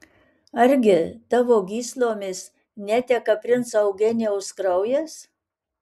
argi tavo gyslomis neteka princo eugenijaus kraujas